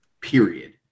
period